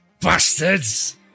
bastards